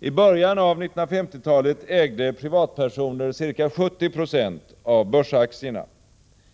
I början av 1950-talet ägde privatpersoner ca 70 96 av börsaktierna.